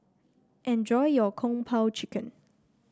enjoy your Kung Po Chicken